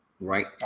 right